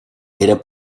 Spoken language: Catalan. era